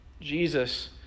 Jesus